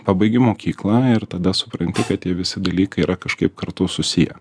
pabaigi mokyklą ir tada supranti kad tie visi dalykai yra kažkaip kartu susiję